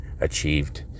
achieved